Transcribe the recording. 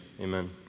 amen